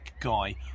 guy